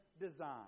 design